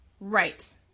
Right